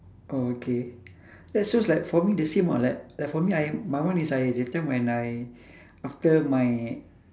oh okay that's just like for me the same what like like for me I'm my one is I that time when I after my